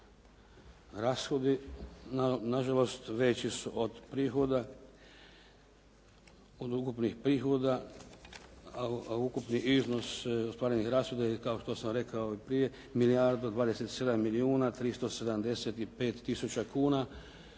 Rashodi na žalost veći su od prihoda. Od ukupnih prihoda, a ukupni iznos ostvarenih rashoda je kao što sam rekao i prije milijardu 27 milijuna 375 tisuća kuna.